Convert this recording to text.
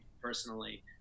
personally